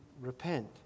repent